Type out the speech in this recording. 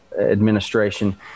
administration